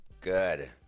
Good